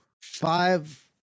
five